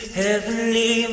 heavenly